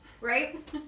Right